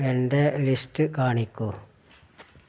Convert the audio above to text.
എന്റെ ലിസ്റ്റ് കാണിക്കൂ